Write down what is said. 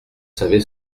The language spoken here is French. savez